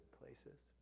places